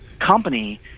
company